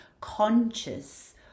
conscious